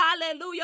hallelujah